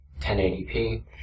1080p